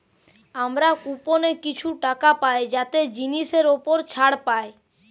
আমরা কুপনে কিছু টাকা পাই যাতে জিনিসের উপর ছাড় পাই